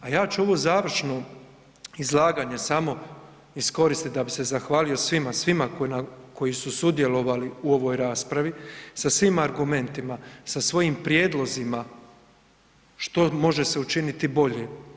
A ja ću ovo završno izlaganje iskoristit da bi se zahvalio svima, svima koji su sudjelovali u ovoj raspravi, sa svim argumentima, sa svojim prijedlozima što može se učiniti bolje.